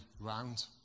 round